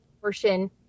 portion